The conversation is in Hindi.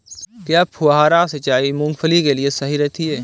क्या फुहारा सिंचाई मूंगफली के लिए सही रहती है?